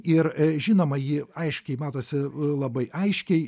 ir žinoma ji aiškiai matosi labai aiškiai